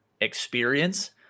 experience